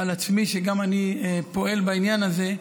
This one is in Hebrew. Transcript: על עצמי שגם אני פועל בעניין הזה,